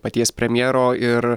paties premjero ir